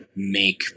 make